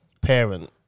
parent